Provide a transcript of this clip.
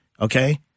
okay